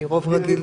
כי רוב רגיל זה מעט.